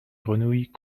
grenouilles